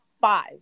five